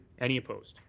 any opposed.